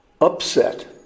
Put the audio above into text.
upset